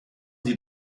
sie